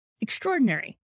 extraordinary